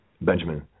Benjamin